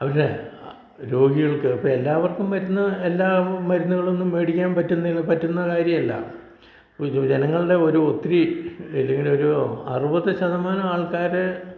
അവർ രോഗികൾക്ക് ഇപ്പം എല്ലാവർക്കും മരുന്ന് എല്ലാ മരുന്നുകളൊന്നും മേടിക്കാൻ പറ്റുന്ന പറ്റുന്ന കാര്യമല്ല ജനങ്ങളുടെ ഒരു ഒത്തിരി ഇല്ലെങ്കിലൊരു അറുപത് ശതമാനം ആൾക്കാരെ